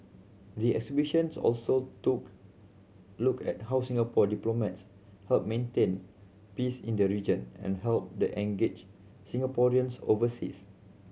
the exhibitions also took look at how Singapore diplomats help maintain peace in the region and help and engage Singaporeans overseas